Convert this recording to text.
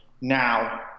now